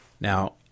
Now